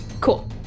Cool